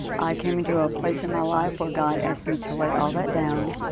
i came into a place in my life where god asked me to lay all that down,